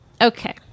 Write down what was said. Okay